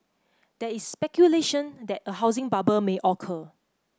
there is speculation that a housing bubble may occur